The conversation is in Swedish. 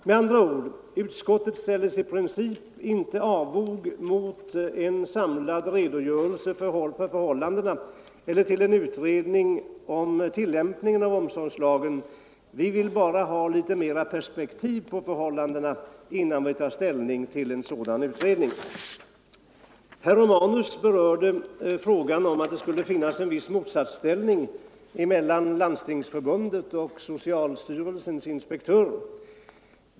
Med andra ord, utskottet ställer sig i princip inte avvisande till en klar redogörelse för förhållandena eller till en utredning om tillämpningen av omsorgslagen. Vi vill bara ha litet mer perspektiv på förhållandena innan vi tar ställning till en sådan utredning. Herr Romanus berörde frågan om att det skulle råda ett visst motsatsförhållande mellan Landstingsförbundet och socialstyrelsens inspektörer.